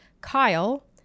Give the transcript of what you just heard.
Kyle